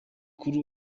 kuri